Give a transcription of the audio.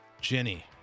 Jenny